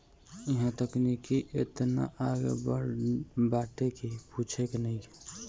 इहां तकनीकी एतना आगे बाटे की पूछे के नइखे